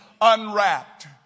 unwrapped